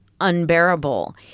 unbearable